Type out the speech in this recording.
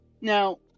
Now